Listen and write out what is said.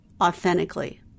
authentically